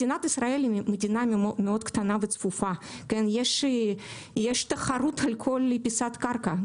מדינת ישראל קטנה וצפופה ויש תחרות על כל פיסת קרקע.